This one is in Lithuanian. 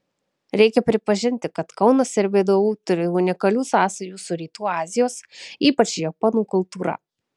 reikia pripažinti kad kaunas ir vdu turi unikalių sąsajų su rytų azijos ypač japonų kultūra